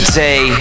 day